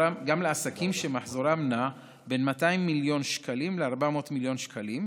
לעסקים שמחזורם נע בין 200 מיליון שקלים ל-400 מיליון שקלים,